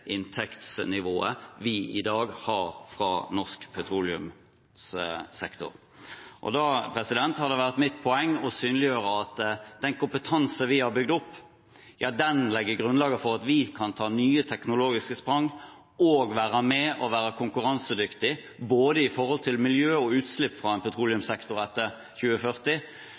inntektsnivået vi i dag har fra norsk petroleumssektor. Det har vært mitt poeng å synliggjøre at den kompetansen vi har bygd opp, legger grunnlaget for at vi kan ta nye teknologiske sprang og være med, være konkurransedyktige, både når det gjelder miljø og utslipp fra en petroleumssektor etter 2040,